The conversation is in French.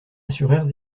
assurèrent